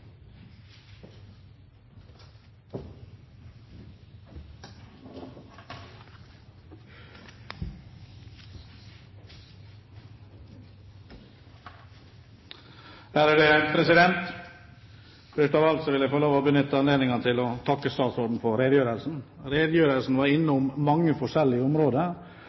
Først av alt vil jeg benytte anledningen til å takke utenriksministeren for redegjørelsen. Han var i redegjørelsen innom mange forskjellige områder,